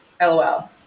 LOL